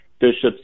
bishops